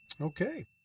Okay